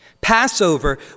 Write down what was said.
Passover